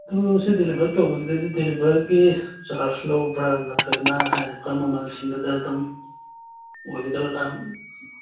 ꯑꯗꯨ ꯁꯤ ꯗꯤꯂꯤꯚꯔ ꯇꯧꯕꯒꯤꯗꯗꯤ ꯗꯤꯂꯤꯚꯔꯒꯤ ꯆꯥꯔꯖ ꯂꯧꯕ꯭ꯔꯥ ꯅꯠꯇ꯭ꯔꯒꯅ ꯍꯥꯏꯔꯤꯕ ꯃꯃꯜꯁꯤꯡꯗꯨꯗ ꯑꯗꯨꯝ ꯑꯣꯏꯒꯗꯣꯏꯔꯥ